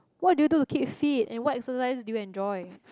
what do you do to keep fit and what exercise do you enjoy